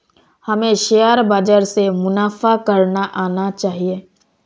हमें शेयर बाजार से मुनाफा करना आना चाहिए